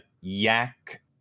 Yak